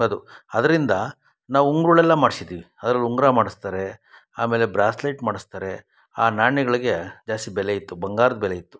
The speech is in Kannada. ಅದು ಅದರಿಂದ ನಾವು ಉಂಗುರ ಎಲ್ಲ ಮಾಡಿಸಿದ್ದೀವಿ ಅದ್ರಲ್ಲಿ ಉಂಗುರ ಮಾಡಿಸ್ತಾರೆ ಆಮೇಲೆ ಬ್ರಾಸ್ಲೇಟ್ ಮಾಡಿಸ್ತಾರೆ ಆ ನಾಣ್ಯಗಳಿಗೆ ಜಾಸ್ತಿ ಬೆಲೆ ಇತ್ತು ಬಂಗಾರದ ಬೆಲೆ ಇತ್ತು